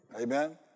Amen